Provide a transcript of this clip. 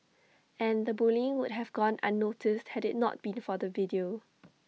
and the bullying would have gone unnoticed had IT not been for the video